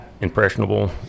impressionable